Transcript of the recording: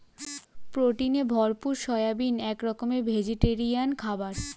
প্রোটিনে ভরপুর সয়াবিন এক রকমের ভেজিটেরিয়ান খাবার